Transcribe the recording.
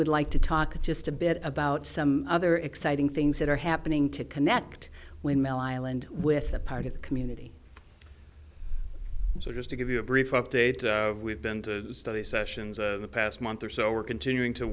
would like to talk just a bit about some other exciting things that are happening to connect windmill island with a part of the community so just to give you a brief update we've been to study sessions in the past month or so we're continuing to